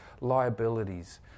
liabilities